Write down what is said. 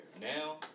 Now